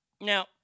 Now